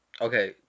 Okay